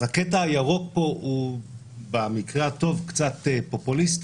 אז הקטע הירוק פה במקרה הטוב הוא קצת פופוליסטי,